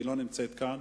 והיא לא נמצאת כאן,